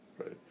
right